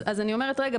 אז אני אומרת רגע,